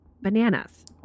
Bananas